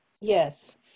Yes